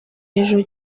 hejuru